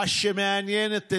מה הבעיה ששני